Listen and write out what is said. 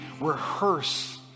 rehearse